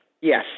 Yes